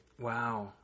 Wow